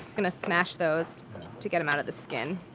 going to smash those to get them out of the skin.